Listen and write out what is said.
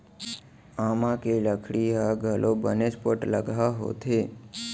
आमा के लकड़ी ह घलौ बनेच पोठलगहा होथे